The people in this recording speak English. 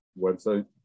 website